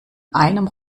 einem